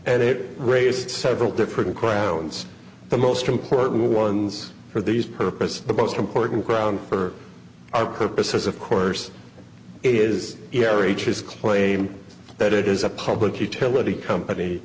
and it raised several different grounds the most important ones for these purposes the most important ground for our purposes of course is air each is claim that it is a public utility company